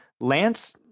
Lance